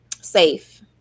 safe